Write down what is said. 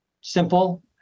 simple